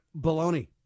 Baloney